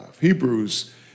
Hebrews